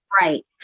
Right